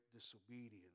disobedience